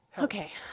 Okay